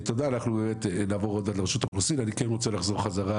תודה, אנחנו נעבור עוד